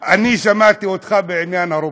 אני שמעתי אותך בעניין הרובוטים,